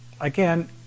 Again